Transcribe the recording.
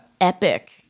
epic